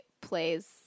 plays